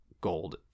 gold